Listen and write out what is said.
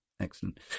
excellent